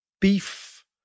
beef